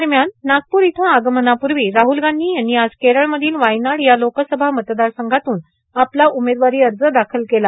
दरम्यान नागपूर इथं आगमनापूर्वी राहुल गांधी यांनी आज केरळमधील वायनाड या लोकसभा मतदारसंघातून आपला उमेदवारी अर्ज दाखल केला